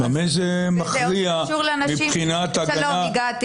במה זה מכריע מבחינת הגנה?